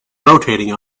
rotating